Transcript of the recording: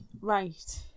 Right